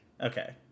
Okay